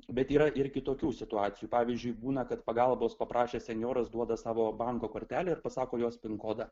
bet yra ir kitokių situacijų pavyzdžiui būna kad pagalbos paprašęs senjoras duoda savo banko kortelę ir pasako jos pin kodą